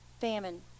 famine